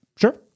Sure